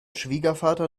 schwiegervater